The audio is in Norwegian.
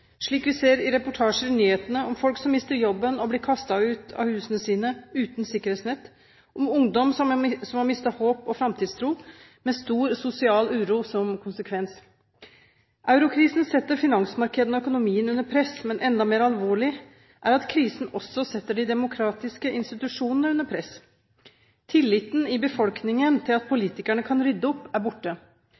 slik vi ser i reportasjer i nyhetene om folk som mister jobben og blir kastet ut av husene sine, uten sikkerhetsnett, om ungdom som har mistet håp og framtidstro, med stor sosial uro som konsekvens. Eurokrisen setter finansmarkedene og økonomien under press, men enda mer alvorlig er det at krisen også setter de demokratiske institusjonene under press. Tilliten i befolkningen til at politikerne kan rydde opp, er borte.